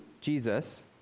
Jesus